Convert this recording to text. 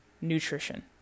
nutrition